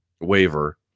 waiver